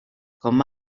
com